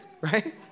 right